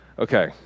Okay